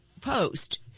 post